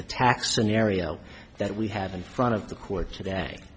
the tax in the area that we have in front of the court today